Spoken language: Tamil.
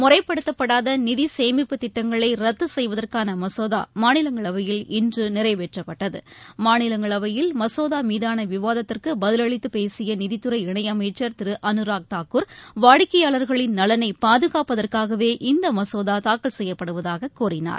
முறைப்படுத்தப்படாதநிதிசேமிப்பு திட்டங்களைரத்துசெய்வதற்கானமசோதாமாநிலங்களவையில் இன்றுநிறைவேற்றப்பட்டது மாநிலங்களவையில் மசோதாமீதானவிவாதத்திற்குபதிவளித்தநிதித்துறை இணைஅமைச்சர் திருஅனுராக் தாகூர் வாடிக்கையாளர்களின் நலனைபாதுகாப்பதற்காகவே இந்தமசோதாதாக்கல் செய்யப்படுவதாககூறினார்